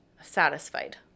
satisfied